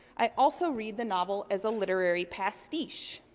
i also read the novel as a literary pastiche,